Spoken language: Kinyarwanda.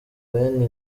bene